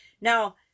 Now